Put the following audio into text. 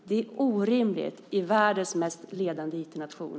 Det är orimligt i världens ledande IT-nation!